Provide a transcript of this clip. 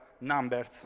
numbers